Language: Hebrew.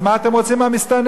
אז מה אתם רוצים מהמסתננים?